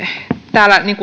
täällä